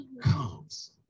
comes